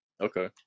Okay